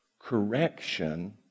correction